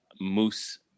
moose